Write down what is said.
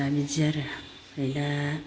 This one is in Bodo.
दा बिदि आरो ओमफ्राय दा